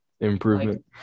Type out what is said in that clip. improvement